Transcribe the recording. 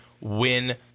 win